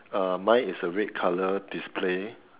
uh mine is a red colour display